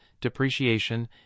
depreciation